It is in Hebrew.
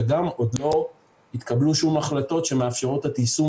וגם עוד לא התקבלו שום החלטות שמאפשרות את יישום